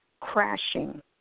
crashing